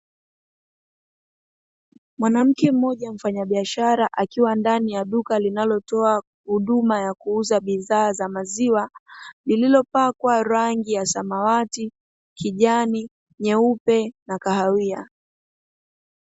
Mwanamke mmoja mfanyabiashara akiwa ndani ya duka linalotoa huduma ya kuuza bidhaa za maziwa lililopakwa rangi ya samawati, kijani, nyeupe na kahawia.